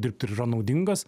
dirbti ir yra naudingas